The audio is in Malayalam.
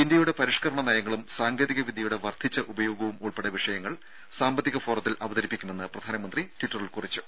ഇന്ത്യയുടെ പരിഷ്കരണ നയങ്ങളും സാങ്കേതിക വിദ്യയുടെ വർധിച്ച ഉപയോഗവും ഉൾപ്പെടെ വിഷയങ്ങൾ സാമ്പത്തിക ഫോറത്തിൽ അവതരിപ്പിക്കുമെന്ന് പ്രധാനമന്ത്രി ട്വിറ്ററിൽ കുറിച്ചു